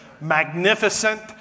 magnificent